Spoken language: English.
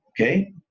Okay